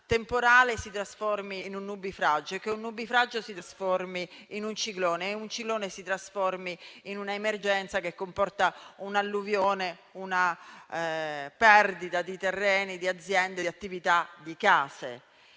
temporale si trasformi in un nubifragio, che un nubifragio si trasformi in un ciclone e che un ciclone si trasformi in un'emergenza che comporta un'alluvione, una perdita di terreni, di aziende, di attività e di case.